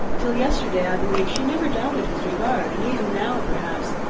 till yesterday, i believe, she never doubted his regard and even now, perhaps